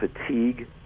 fatigue